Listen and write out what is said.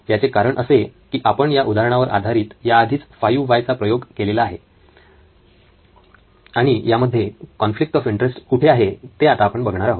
याचे कारण असे की आपण या उदाहरणावर याआधीच 5 व्हाय चा प्रयोग केलेला आहे आणि यामध्ये कॉन्फ्लिक्ट ऑफ इंटरेस्ट कुठे आहे ते आता आपण बघणार आहोत